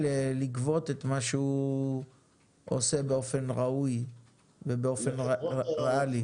ולגבות את מה שהוא עושה באופן ראוי ובאופן ריאלי.